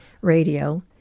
radio